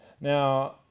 Now